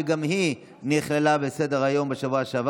שגם היא נכללה בסדר-היום בשבוע שעבר